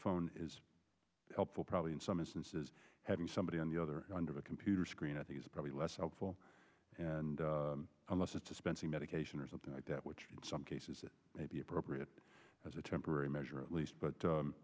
phone is helpful probably in some instances having somebody on the other under the computer screen i think is probably less helpful and unless it's dispensing medication or something like that which in some cases it may be appropriate as a temporary measure at least but